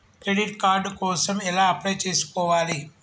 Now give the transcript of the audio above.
Credit card కోసం ఎలా apply చేసుకోవాలి?